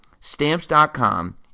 Stamps.com